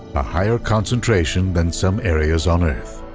a higher concentration than some areas on earth.